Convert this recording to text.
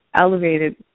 elevated